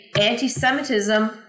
anti-Semitism